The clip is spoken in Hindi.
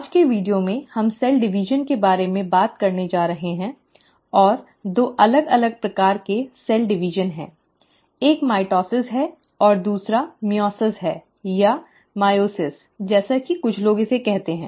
आज के वीडियो में हम कोशिका विभाजन के बारे में बात करने जा रहे हैं और दो अलग अलग प्रकार के कोशिका विभाजन हैं एक माइटोसिस है और दूसरा मइओसिस है या मायोसिस 'Myosis' जैसा कि कुछ लोग इसे कहते हैं